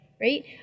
right